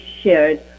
shared